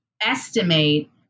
estimate